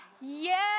Yes